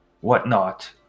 whatnot